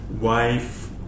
wife